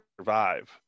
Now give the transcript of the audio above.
survive